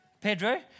Pedro